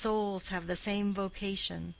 our souls have the same vocation.